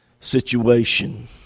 situation